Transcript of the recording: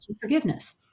forgiveness